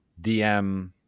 DM